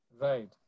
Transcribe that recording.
Right